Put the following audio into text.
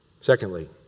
Secondly